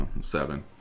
seven